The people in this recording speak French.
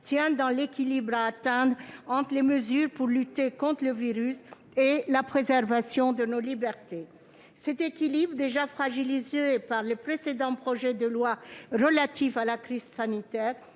atteindre un équilibre entre les mesures pour lutter contre le virus et la préservation de nos libertés. Cet équilibre, déjà fragilisé par le précédent projet de loi relatif à la crise sanitaire,